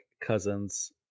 Cousins